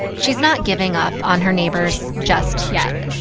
she's not giving up on her neighbors just yet